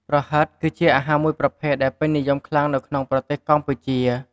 ប្រហិត គឺជាអាហារមួយប្រភេទដែលពេញនិយមយ៉ាងខ្លាំងនៅក្នុងប្រទេសកម្ពុជា។